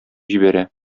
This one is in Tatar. җибәрә